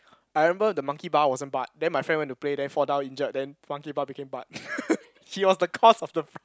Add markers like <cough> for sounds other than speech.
I remember the Monkey Bar wasn't but then my friend want to play then fall down injured then monkey butt became butt <laughs> she was the cause of the